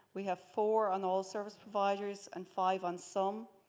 we have four on all service providers, and five on some.